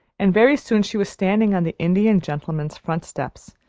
and very soon she was standing on the indian gentleman's front steps,